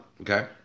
Okay